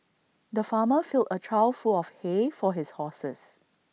the farmer filled A trough full of hay for his horses